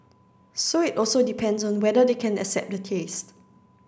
so it also depends on whether they can accept the taste